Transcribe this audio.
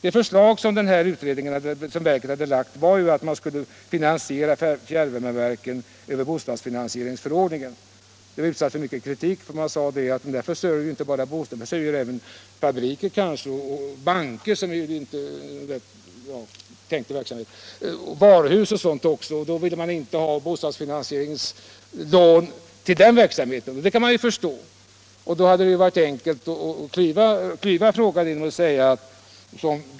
Det förslag som verket hade framlagt var att man skulle finansiera fjärrvärmeverken över bostadsfinansieringsförordningen. Det utsattes för mycken kritik. Man sade att ett fjärrvärmeverk inte bara försörjer bostadsområden utan kanske även fabriker, vidare banker, varuhus osv. Man ville då inte finansiera den verksamheten med bostadsfinansieringslån, och det kan man ju förstå. Men då hade det varit enkelt att klyva frågan.